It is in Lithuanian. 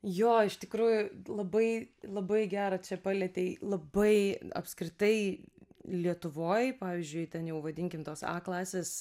jo iš tikrųjų labai labai gerą čia palietei labai apskritai lietuvoj pavyzdžiui ten jau vadinkim tos a klasės